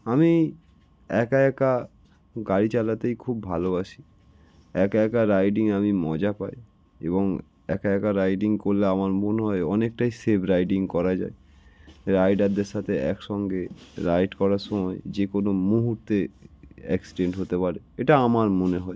আমি একা একা গাড়ি চালাতেই খুব ভালোবাসি একা একা রাইডিং আমি মজা পাই এবং একা একা রাইডিং করলে আমার মনে হয় অনেকটাই সেফ রাইডিং করা যায় রাইডারদের সাথে একসঙ্গে রাইড করার সময় যে কোনো মুহুর্তে অ্যাক্সিডেন্ট হতে পারে এটা আমার মনে হয়